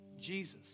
Jesus